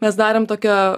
mes darėm tokią